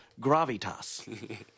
Gravitas